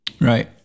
Right